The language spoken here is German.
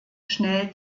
schnell